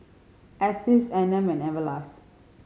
Asics Anmum and Everlast